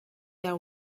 their